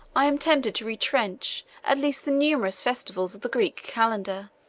i am tempted to retrench at least the numerous festivals of the greek calendar.